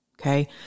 okay